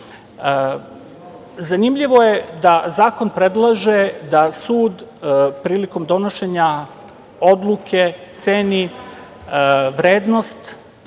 zahtev. Zanimljivo je da zakon predlaže da sud prilikom donošenja odluke ceni vrednost,